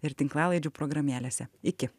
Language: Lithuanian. ir tinklalaidžių programėlėse iki